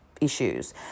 issues